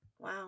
Wow